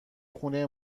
خونه